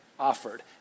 Offered